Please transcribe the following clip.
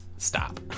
stop